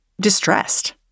distressed